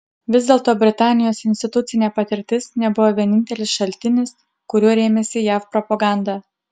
vis dėlto britanijos institucinė patirtis nebuvo vienintelis šaltinis kuriuo rėmėsi jav propaganda